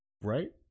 Right